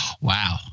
Wow